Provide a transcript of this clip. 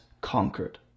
conquered